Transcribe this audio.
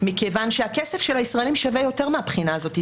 מכיוון שהכסף של הישראלים שווה יותר מהבחינה הזאת.